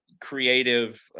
creative